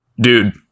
Dude